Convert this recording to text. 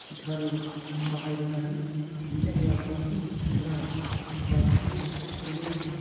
गोथारै बाहायनो हायो बिनि थाखाय आं बांसिन द्राम बाल्थिं बेबायदि